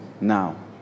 now